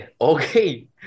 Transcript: Okay